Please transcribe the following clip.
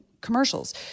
commercials